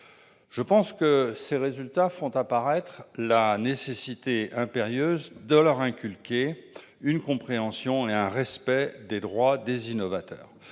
suppression. Ces résultats font apparaître la nécessité impérieuse de leur inculquer la compréhension et le respect des droits des innovateurs.